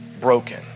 broken